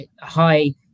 high